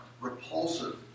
repulsive